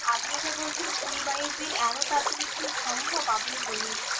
আপনি যে বলছেন কুড়ি বাইশ দিন এত তাড়াতাড়ি কি সম্ভব আপনি বলুন